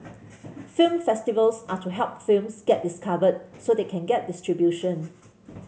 film festivals are to help films get discovered so they can get distribution